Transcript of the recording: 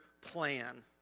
plan